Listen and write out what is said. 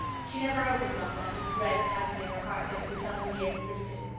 she never opened one without a dread tugging at her heart that it would tell her he had enlisted.